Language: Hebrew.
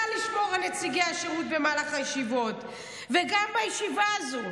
לשמור על נציגי השירות במהלך הישיבות וגם בישיבה הזו,